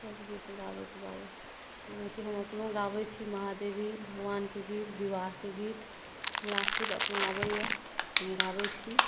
सब गीत गाबैके बाद जाहिमेकि हम अपनो गाबै छी महादेवी भगवानके गीत विवाहके गीत हमरा खुद अपना आबैए हम गाबै छी